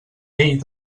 ell